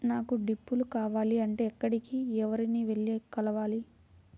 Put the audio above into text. నాకు డ్రిప్లు కావాలి అంటే ఎక్కడికి, ఎవరిని వెళ్లి కలవాలి?